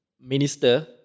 minister